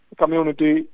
community